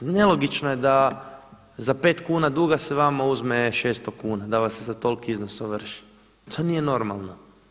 Nelogično je da za 5kn duga se vama uzme 600 kuna, da vas se za toliki iznos ovrši, to nije normalno.